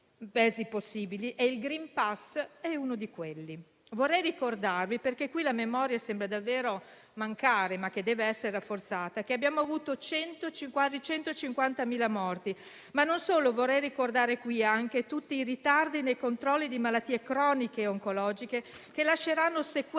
e il *green pass* è uno di questi. Vorrei ricordarvi - perché qui la memoria sembra davvero mancare, ma dev'essere rafforzata - che abbiamo avuto quasi 150.000 morti, ma non solo. Vorrei ricordare qui anche tutti i ritardi nei controlli di malattie croniche e oncologiche, che lasceranno sequele